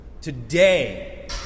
Today